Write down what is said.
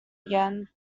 again